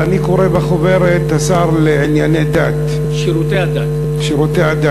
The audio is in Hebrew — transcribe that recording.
אני קורא בחוברת: השר לענייני דת, שירותי הדת.